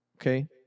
Okay